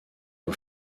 aux